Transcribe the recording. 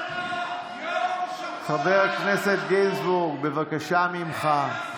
חבר הכנסת גינזבורג, בבקשה ממך.